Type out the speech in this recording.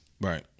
Right